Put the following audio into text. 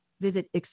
Visit